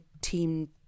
team